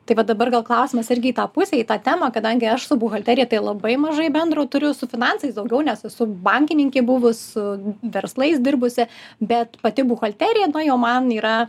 tai va dabar gal klausimas irgi į tą pusę į tą temą kadangi aš su buhalterija tai labai mažai bendro turiu su finansais daugiau nes esu bankininkė buvus su verslais dirbusi bet pati buhalterija na jau man yra